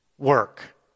work